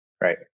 Right